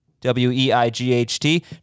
W-E-I-G-H-T